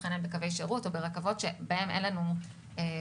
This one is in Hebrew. העניין בקווי שירות או ברכבות בהם אין לנו עומסים.